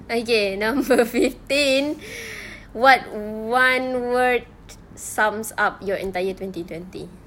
okay number fifteen what one word sums up your entire twenty twenty